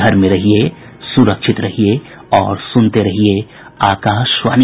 घर में रहिये सुरक्षित रहिये और सुनते रहिये आकाशवाणी